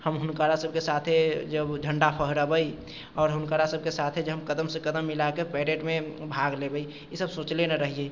हम हुनकरासभके साथे जब झण्डा फहरबै आओर हुनकरासभके साथे जब हम कदमसँ कदम मिलाके पैरेडमे भाग लेबै ईसभ सोचने न रहियै